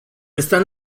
están